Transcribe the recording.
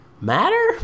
matter